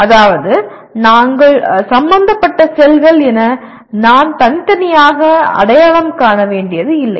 அதாவது நாங்கள் சம்பந்தப்பட்ட செல்கள் என நான் தனித்தனியாக அடையாளம் காண வேண்டியதில்லை